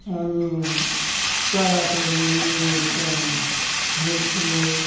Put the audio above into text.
अनि चरा चुरुङ्गी चाहिँ ढुकुर